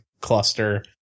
cluster